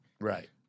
Right